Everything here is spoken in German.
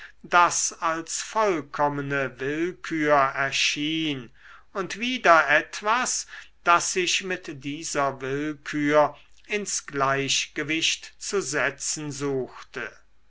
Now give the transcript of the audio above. das als vollkommene willkür erschien und wieder etwas das sich mit dieser willkür ins gleichgewicht zu setzen suchte